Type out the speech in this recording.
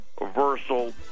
universal